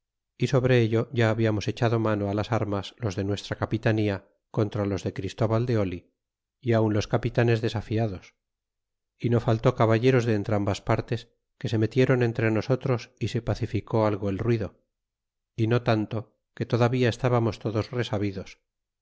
y sobre ello ya habíamos echado mano las armas los de nuestra capitania contra los de christóval de oli y aun los capitanes desafiados y no faltó caballeros de entrambas partes que se metieron entre nosotros y se pacificó algo el ruido y no tanto que todavía estábamos todos resabidos